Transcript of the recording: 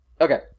Okay